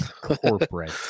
corporate